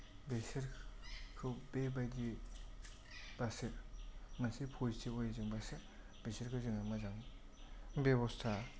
बेसोरखौ बेबायदियैबासो मोनसे पजितिभावहायजोंबासो बिसोरखौ जोङो मोजां बेब'स्था